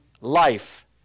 life